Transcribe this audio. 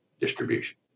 distribution